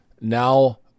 Now